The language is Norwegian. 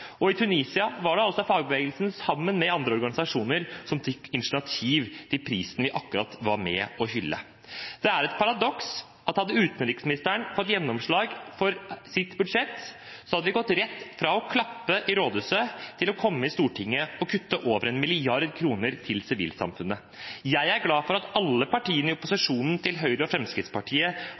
demokratier. I Tunisia var det altså fagbevegelsen sammen med andre organisasjoner som tok initiativ til prisen vi akkurat var med på å hylle. Det er et paradoks at om utenriksministeren hadde fått gjennomslag for sitt budsjett, hadde vi gått rett fra å klappe i Rådhuset til å komme til Stortinget og kutte over 1 mrd. kr til sivilsamfunnet. Jeg er glad for at alle partiene i opposisjon til Høyre og Fremskrittspartiet